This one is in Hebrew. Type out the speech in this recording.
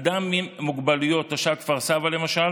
אדם עם מוגבלויות, תושב כפר סבא, למשל,